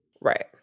Right